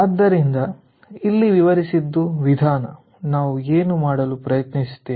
ಆದ್ದರಿಂದ ಇಲ್ಲಿ ವಿವರಿಸಿದ್ದು ವಿಧಾನ ನಾವು ಏನು ಮಾಡಲು ಪ್ರಯತ್ನಿಸುತ್ತೇವೆ